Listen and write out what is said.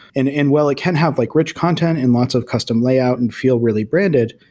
and and well it can have like rich content and lots of custom layout and feel really branded,